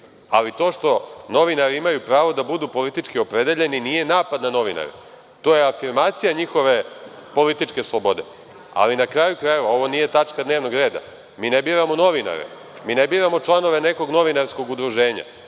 ali to što novinari imaju pravo da budu politički opredeljeni nije napad na novinare. To je afirmacija njihove političke slobode. Na kraju krajeva, ovo nije tačka dnevnog reda. Mi ne biramo novinare, mi ne biramo članove nekog novinarskog udruženja